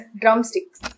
Drumsticks